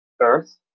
Earth